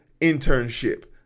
internship